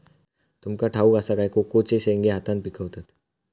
तुमका ठाउक असा काय कोकोचे शेंगे हातान पिकवतत